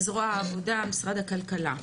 זרוע העבודה במשרד הכלכלה.